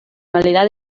calidad